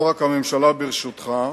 לא רק הממשלה בראשותך,